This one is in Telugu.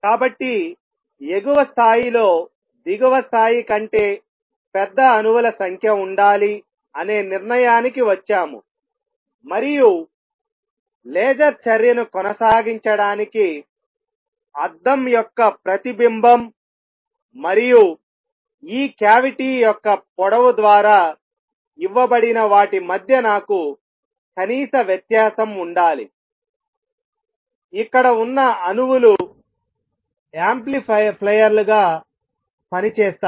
కాబట్టి ఎగువ స్థాయిలో దిగువ స్థాయి కంటే పెద్ద అణువుల సంఖ్య ఉండాలి అనే నిర్ణయానికి వచ్చాము మరియు లేజర్ చర్యను కొనసాగించడానికి అద్దం యొక్క ప్రతిబింబం మరియు ఈక్యావిటీ యొక్క పొడవు ద్వారా ఇవ్వబడిన వాటి మధ్య కనీస వ్యత్యాసం ఉండాలి ఇక్కడ ఉన్న అణువులు యాంప్లిఫైయర్లుగా పనిచేస్తాయి